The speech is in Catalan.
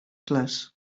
clars